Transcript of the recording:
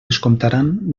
descomptaran